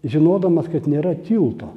žinodamas kad nėra tilto